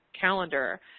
calendar